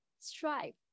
strive